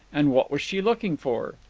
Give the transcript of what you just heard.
and what was she looking for?